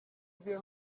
gihe